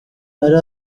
ari